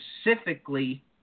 specifically